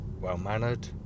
well-mannered